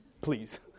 please